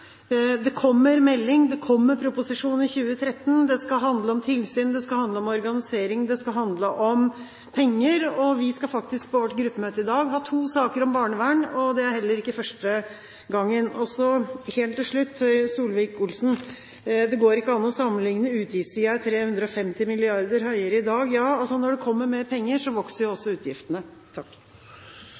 Det kommer en melding, og det kommer en proposisjon i 2013. Det skal handle om tilsyn, det skal handle om organisering, det skal handle om penger, og vi skal faktisk på vårt gruppemøte i dag ha to saker om barnevern – det er heller ikke første gang. Helt til slutt: Solvik-Olsen sier at det går ikke an å sammenligne – utgiftssiden er 350 mrd. kr høyere i dag. Ja, når det kommer mer penger, så vokser også utgiftene.